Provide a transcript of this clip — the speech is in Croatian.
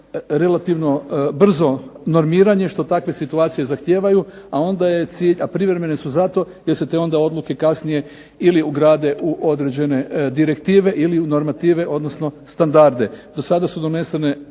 relativno brzo normiranje što takve situacije zahtijevaju, a onda je cilj, a privremene su zato jer se te onda odluke kasnije ili ugrade u određene direktive ili u normative, odnosno standarde.